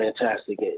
fantastic